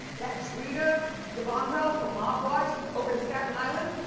that drita d'avanzo, from mob wives, over in staten island,